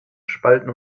spalten